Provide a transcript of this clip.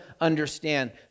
understand